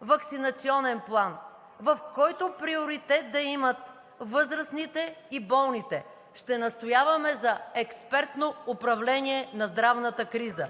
ваксинационен план, в който приоритет да имат възрастните и болните. Ще настояваме за експертно управление на здравната криза.